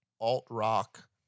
alt-rock